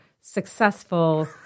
successful